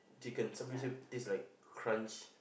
chicken some pieces taste like crunch